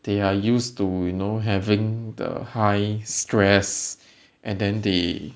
they are used to you know having the high stress and then they